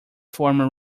formed